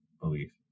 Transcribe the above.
belief